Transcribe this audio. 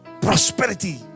prosperity